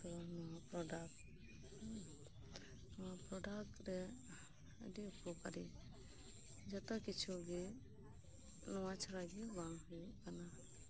ᱛᱳ product ᱱᱚᱣᱟ product ᱨᱮ ᱟᱹᱰᱤ ᱟᱴ ᱩᱯᱚᱠᱟᱹᱨᱤ ᱡᱚᱛᱚ ᱠᱤᱪᱷᱩ ᱜᱮ ᱱᱚᱣᱟ ᱪᱷᱟᱲᱟ ᱜᱮ ᱵᱟᱝ ᱦᱩᱭᱩᱜ ᱠᱟᱱᱟ